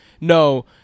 no